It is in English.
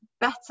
better